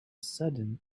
sudden